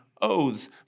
oaths